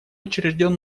учрежден